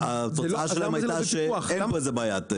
והתוצאה שלהם הייתה שאין פה איזו בעיה.